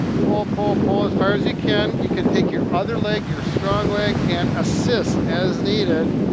pull, pull, pull as far as you can, you can take your other leg, your strong leg and assist as needed.